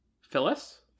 Phyllis